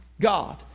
God